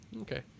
Okay